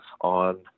on